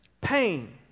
pain